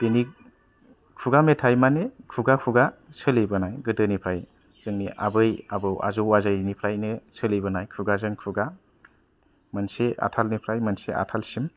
बेनि खुगा मेथाइ माने खुगा खुगा सोलिबोनाय गोदोनिफ्राय जोंनि आबै आबौ आजै आजौ निफ्रायनो सोलिबोनाय खुगा जों खुगा मोनसे आथालनिफ्राय मोनसे आथाल सिम